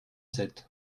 sept